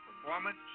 performance